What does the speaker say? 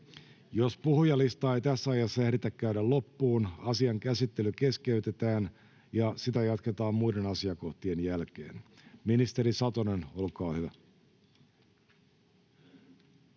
Jos puhujalistaa ei tässä ajassa ehditä käydä loppuun, asian käsittely keskeytetään ja sitä jatketaan muiden asiakohtien jälkeen. — Ministeri Satonen, olkaa hyvä.